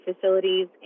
facilities